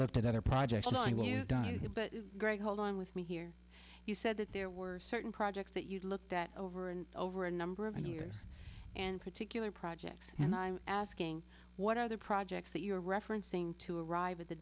looked at other projects greg hold on with me here you said that there were certain projects that you looked at over and over a number of new years and particular projects and i'm asking what other projects that you're referencing to arrive at the